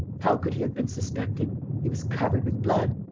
how could he have been suspected? he was covered with blood.